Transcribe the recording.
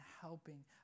helping